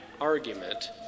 argument